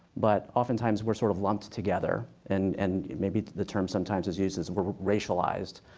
but oftentimes, we're sort of lumped together. and and maybe the term sometimes is used is we're racialized.